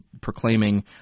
proclaiming